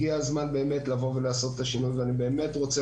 הגיע הזמן לעשות את השינוי ואני באמת רוצה